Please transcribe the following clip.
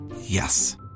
Yes